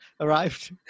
arrived